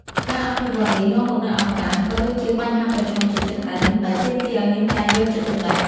ការអភិវឌ្ឍនេះនាំមកនូវឱកាស ក៏ដូចជាបញ្ហាប្រឈមជាច្រើនដែលទាមទារឲ្យមានការយកចិត្តទុកដាក់។